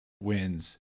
wins